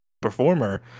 performer